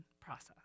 process